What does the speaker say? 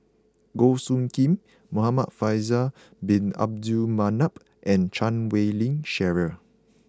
Goh Soo Khim Muhamad Faisal Bin Abdul Manap and Chan Wei Ling Cheryl